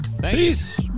Peace